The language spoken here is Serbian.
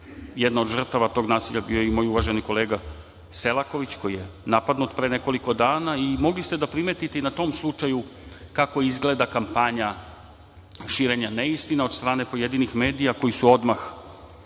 Jedna od žrtava tog nasilja bio je i moj uvaženi kolega Selaković koji je napadnut pre nekoliko dana. Mogli ste da primetite na tom slučaju kako izgleda kampanja širenja neistina od strane pojedinih medija koji su odmah izašli